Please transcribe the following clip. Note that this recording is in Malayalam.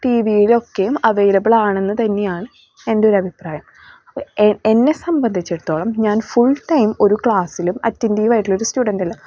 ടി വിയിലോക്കെയും അവൈലബിൾ ആണെന്ന് തന്നെയാണ് എൻറ്റൊരഭിപ്രായം അപ്പം എന്നെ സംബന്ധിച്ചിടത്തോളം ഞാൻ ഫുൾ ടൈം ഒരു ക്ലാസ്സിലും അറ്റന്റീവ് ആയിട്ടുള്ള ഒരു സ്റ്റുഡന്റ് അല്ല